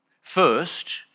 First